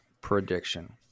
prediction